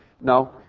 No